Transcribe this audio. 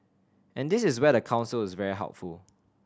and this is where the Council is very helpful